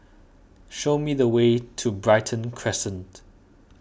show me the way to Brighton Crescent